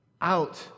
out